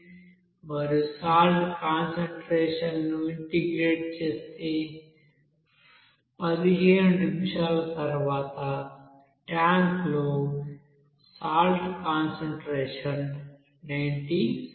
మీరు salt concentration ను integrate చేస్తే 15 నిమిషాల తర్వాత ట్యాంక్లో సాల్ట్ కాన్సంట్రేషన్ 90 సెకన్లు